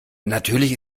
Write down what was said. natürlich